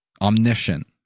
Omniscient